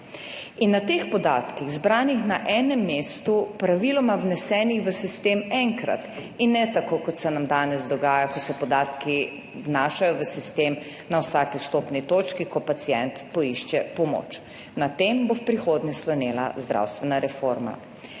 in na teh podatkih, zbranih na enem mestu, praviloma vnesenih v sistem enkrat in ne tako, kot se nam danes dogaja, ko se podatki vnašajo v sistem na vsaki vstopni točki, ko pacient poišče pomoč, na tem bo v prihodnje slonela zdravstvena reforma.